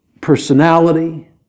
personality